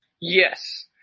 Yes